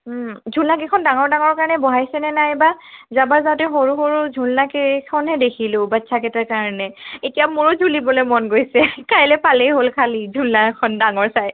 ঝুলা কেইখন ডাঙৰ ডাঙৰ কাৰণে বহাইছে নে নাই বা যোৱাবাৰ যাওঁতে সৰু সৰু ঝুলনা কেইখনে দেখিলোঁ বাচ্ছা কেইটাৰ কাৰণে এতিয়া মোৰো ঝুলিবলে মন গৈছে কাইলে পালেই হ'ল খালি ঝুলনা এখন ডাঙৰ চাই